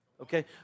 Okay